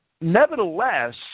nevertheless